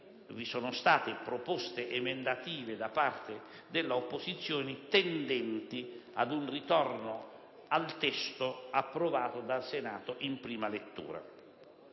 vi sono state proposte emendative da parte dell'opposizione tendenti ad un ritorno al testo approvato dal Senato in prima lettura.